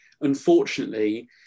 unfortunately